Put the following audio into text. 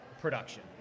production